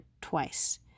twice